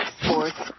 sports